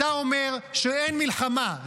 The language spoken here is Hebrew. אתה אומר שאין מלחמה,